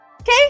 okay